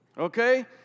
Okay